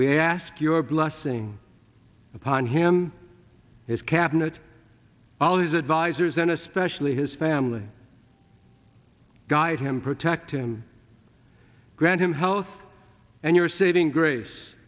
we ask your blessing upon him his cabinet all his advisors and especially his family guide him protect and grant him health and your saving grace